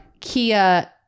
Kia